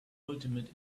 ultimate